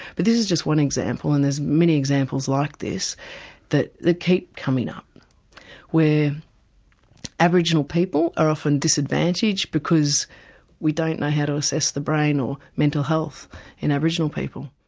but this is just one example and there's many examples like this that keep coming up where aboriginal people are often disadvantaged because we don't know how to assess the brain or mental health in aboriginal people.